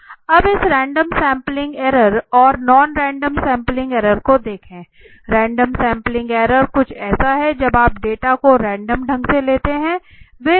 अब इस random sampling error और नॉन रैंडम सैंपलिंग एरर को देखें रैंडम सैंपलिंग एरर कुछ ऐसा है जब आप डेटा को रैंडम ढंग से लेते हैं